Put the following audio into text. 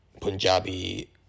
Punjabi